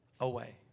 away